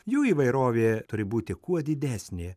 jų įvairovė turi būti kuo didesnė